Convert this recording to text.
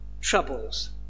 troubles